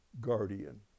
guardian